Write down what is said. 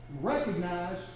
recognize